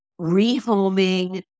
rehoming